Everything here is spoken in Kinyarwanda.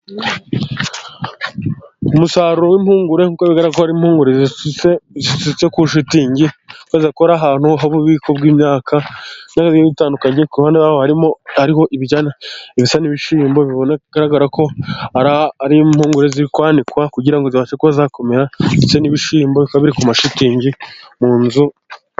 Umusaruro w'impungure kuko bigaragara ko hari impungure zisutse zisutse ku ishitingi bigaragaza ko ari ahantu hububiko bw'imyaka itandukanye, kubona harimo ari bisa n'ibishimbo bigaragara ko ari impungure zirikwanikwa kugira ngo zibashe ko zakomera, ndetse n'ibishimbo bikaba biri ku mashitingi mu nzu.